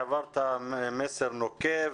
העברת מסר נוקב.